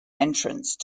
entrance